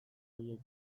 horiek